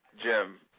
Jim